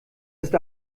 ist